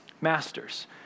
Masters